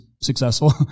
successful